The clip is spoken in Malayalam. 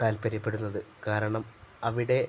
താല്പര്യപ്പെടുന്നത് കാരണം അവിടെ